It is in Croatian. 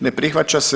Ne prihvaća se.